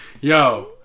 Yo